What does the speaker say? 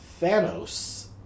Thanos